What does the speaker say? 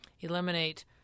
eliminate